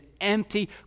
empty